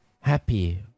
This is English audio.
happy